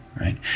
right